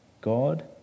God